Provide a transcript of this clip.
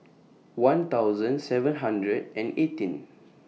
one thousand seven hundred and eighteen